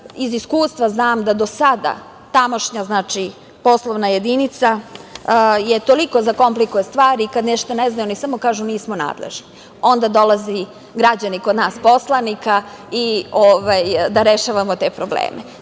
iz iskustva znam da do sada tamošnja poslovna jedinica toliko zakomplikuje stvari i kada nešto ne znaju, oni samo kažu – nismo nadležni, onda dolaze građani kod nas poslanika da rešavamo te probleme.